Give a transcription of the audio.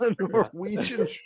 Norwegian